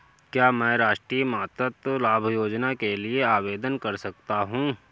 क्या मैं राष्ट्रीय मातृत्व लाभ योजना के लिए आवेदन कर सकता हूँ?